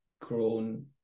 grown